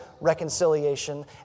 reconciliation